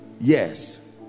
yes